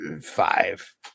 Five